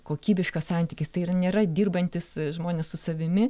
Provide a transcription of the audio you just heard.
kokybiškas santykis tai ir nėra dirbantys žmonės su savimi